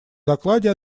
докладе